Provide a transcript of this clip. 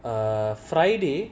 uh friday